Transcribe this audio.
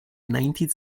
nineteen